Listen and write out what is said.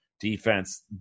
defense